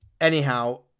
Anyhow